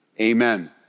Amen